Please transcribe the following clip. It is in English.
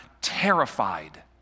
terrified